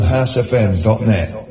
HouseFM.net